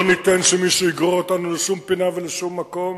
לא ניתן שמישהו יגרור אותנו לשום פינה ולשום מקום,